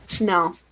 No